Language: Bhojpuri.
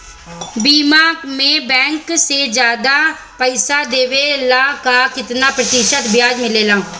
बीमा में बैंक से ज्यादा पइसा देवेला का कितना प्रतिशत ब्याज मिलेला?